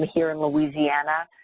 here in louisiana,